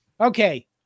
Okay